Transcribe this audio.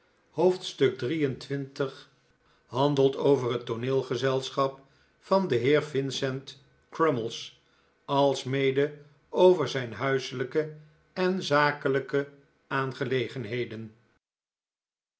hoofdstuk xxiii handelt over het tooneelgezelschap van den heer vincent crummies alsmede over zijn huiselijke en zakelijke